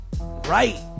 right